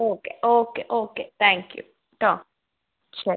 okay okay okay thank you കെട്ടോ ശരി